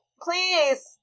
Please